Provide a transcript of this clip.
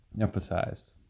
emphasized